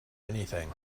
anything